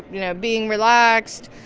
you know, being relaxed.